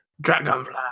Dragonfly